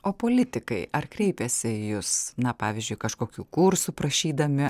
o politikai ar kreipiasi į jus na pavyzdžiui kažkokių kursų prašydami